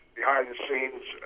behind-the-scenes